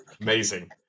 Amazing